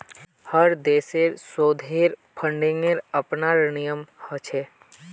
हर देशेर शोधेर फंडिंगेर अपनार नियम ह छे